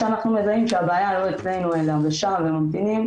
ואז כשאנחנו מזהים שהבעיה לא אצלנו אלא בשע"ם וממתינים,